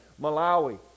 Malawi